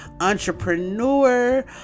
entrepreneur